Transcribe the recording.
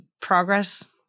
Progress